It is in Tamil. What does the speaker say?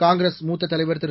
காங்கிரஸ் மூத்த தலைவர் திரு